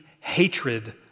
hatred